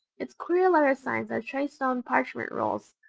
its queer letter signs are traced on parchment rolls,